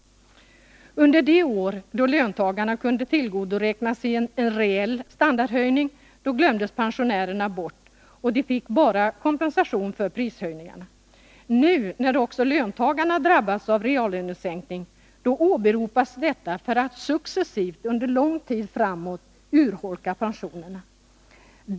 Under de år då löntagarna kunde tillgodoräkna sig en reell standardhöjning glömdes pensionärerna bort och fick bara kompensation för prishöjningarna. Nu, när också löntagarna drabbats av reallönesänkning, då åberopas detta för att successivt under lång tid framåt urholka pensionerna.